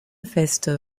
feste